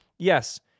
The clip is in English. Yes